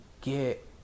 get